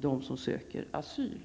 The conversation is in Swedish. dem som söker asyl.